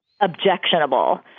objectionable